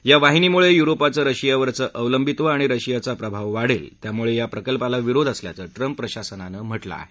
या वाहिनीमुळे युरोपचं रशियावरचं अवलंबित्व आणि रशियाचा प्रभाव वाढेल त्यामुळे या प्रकल्पाला विरोध असल्याचं ट्रम्प प्रशासनानं म्हटलं आहे